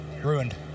ruined